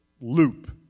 loop